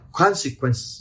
consequence